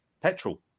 petrol